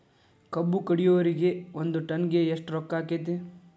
ಕಬ್ಬು ಕಡಿಯುವರಿಗೆ ಒಂದ್ ಟನ್ ಗೆ ಎಷ್ಟ್ ರೊಕ್ಕ ಆಕ್ಕೆತಿ?